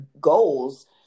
goals